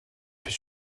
fut